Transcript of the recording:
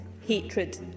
hatred